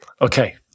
Okay